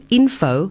info